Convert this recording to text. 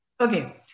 Okay